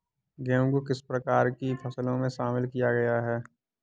गेहूँ को किस प्रकार की फसलों में शामिल किया गया है?